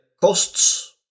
costs